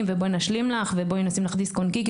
ובוא נשלים לך ובואי נשים לך דיסק און קי.